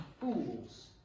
fools